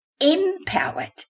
empowered